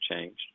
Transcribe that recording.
changed